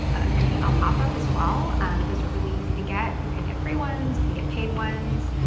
an email pop-up, as well. and those are really easy to get. you can get free ones, you can get paid ones.